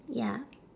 ya